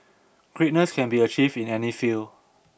greatness can be achieved in any field